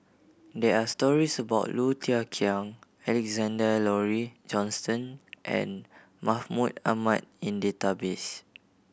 there are stories about Low Thia Khiang Alexander Laurie Johnston and Mahmud Ahmad in database